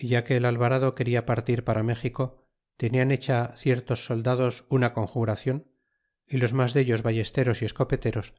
ya que el alvarado queda partir para méxico tenian hecha ciertos soldados una conjuracion y los mas dellos ballesteros y escopeteros